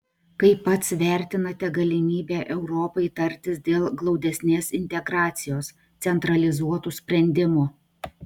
kaip pats vertinate galimybę europai tartis dėl glaudesnės integracijos centralizuotų sprendimų